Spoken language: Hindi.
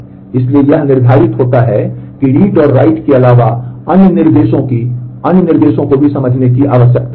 लेकिन इससे यह निर्धारित होता है कि read और write के अलावा अन्य निर्देशों की अन्य निर्देशों को समझने की आवश्यकता है